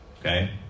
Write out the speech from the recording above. okay